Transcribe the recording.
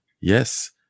yes